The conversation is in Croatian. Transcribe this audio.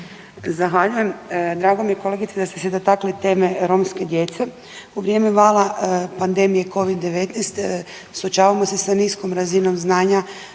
Zahvaljujem. Drago mi je kolegice da ste se dotakli teme romske djece. U vrijeme vala pandemije covid 19 suočavamo se sa niskom razinom znanja